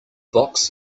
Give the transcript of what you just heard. box